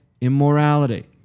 immorality